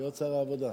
להיות שר העבודה.